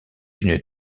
une